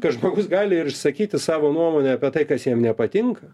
kad žmogus gali ir išsakyti savo nuomonę apie tai kas jam nepatinka